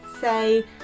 say